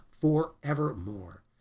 forevermore